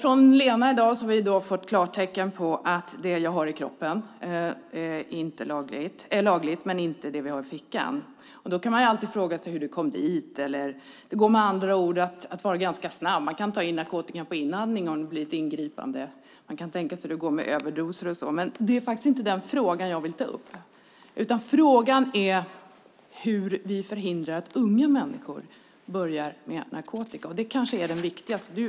Från Lena har vi i dag fått klartecken: Det vi har i kroppen är lagligt men inte det vi har i fickan. Man kan alltid fråga sig hur det kom dit. Med andra ord går det att vara ganska snabb och ta in narkotikan på inandning om det blir ett ingripande. Man kan föreställa sig hur det då går med överdoser och sådant. Det är dock inte den frågan jag vill ta upp, utan frågan är hur vi förhindrar att unga människor börjar med narkotika. Det är kanske den viktigaste frågan.